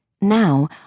Now